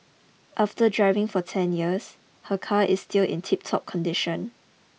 after driving for ten years her car is still in tiptop condition